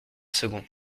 second